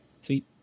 Sweet